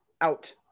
Out